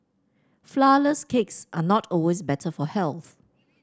flourless cakes are not always better for health